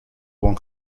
von